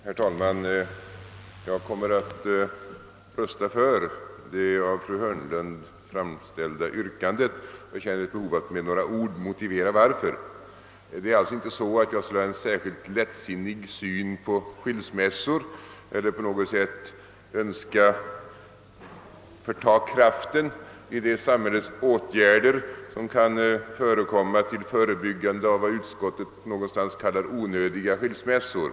Herr talman! Jag kommer att rösta på det av fru Hörnlund framförda yrkandet och känner också ett behov av att med några ord motivera detta. Jag har inte någon särskilt lättsinnig syn på skilsmässor och önskar inte på något sätt förta kraften i de samhällets åtgärder. som kan vidtagas till förebyggande av vad utskottet någonstans kallar onödiga skilsmässor.